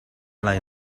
lai